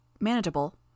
Manageable